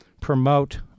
promote